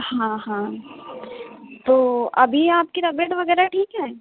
हाँ हाँ तो अभी आपकी तबियत वगैरह ठीक है